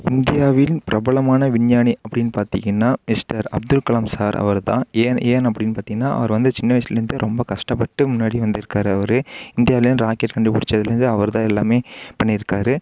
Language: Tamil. இந்தியாவின் பிரபலமான விஞ்ஞானி அப்படின்னு பார்த்தீங்கன்னா மிஸ்டர் அப்துல் கலாம் சார் அவர்தான் ஏன் ஏன் அப்படின்னு பார்த்தீங்கன்னா அவர் வந்து சின்ன வயசுலேருந்தே ரொம்ப கஷ்டப்பட்டு முன்னாடி வந்திருக்காரு அவர் இந்தியாவில் ராக்கெட் கண்டுபிடிச்சதுலேந்து அவர் தான் எல்லாமே பண்ணியிருக்காரு